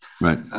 Right